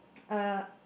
uh